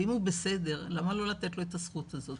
ואם הוא בסדר, למה לא לתת לו את הזכות הזאת?